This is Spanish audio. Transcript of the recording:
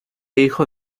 hijo